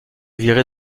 virer